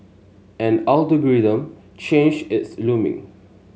an change is looming